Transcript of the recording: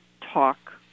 talk